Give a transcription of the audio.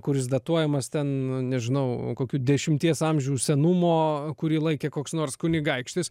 kuris datuojamas ten nežinau kokių dešimties amžių senumo kurį laikė koks nors kunigaikštis